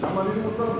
דברים שמעניינים אותך,